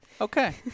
Okay